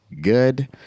good